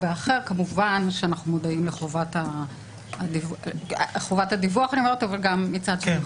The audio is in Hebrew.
באחר אנחנו מודעים לחובת הדיווח מצד אחד,